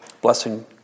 blessing